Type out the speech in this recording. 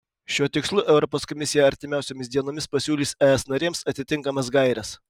šiuo tikslu europos komisija artimiausiomis dienomis pasiūlys es narėms atitinkamas gaires